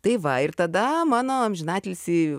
tai va ir tada mano amžinatilsį